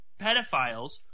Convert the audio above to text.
pedophiles